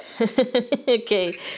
Okay